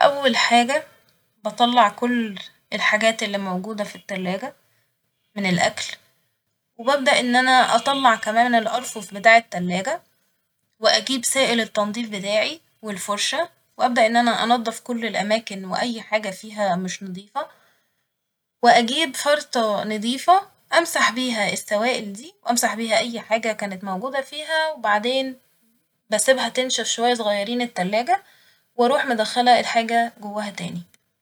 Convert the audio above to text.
أول حاجة بطلع كل الحاجات اللي موجودة في التلاجة من الأكل وببدأ إن أنا أطلع كمان الأرفف بتاع التلاجة ، وأجيب سائل التنضيف بتاعي والفرشة وأبدأ إن أنا أنضف كل الأماكن و أي حاجة فيها مش نضيفة وأجيب فرطة نضيفة أمسح بيها السوائل دي وأمسح بيها أي حاجة كانت موجودة فيها وبعدين بسيبها تنشف شوية صغيرين التلاجة و أروح مدخلة الحاجة جواها تاني